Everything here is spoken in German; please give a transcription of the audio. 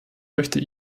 möchte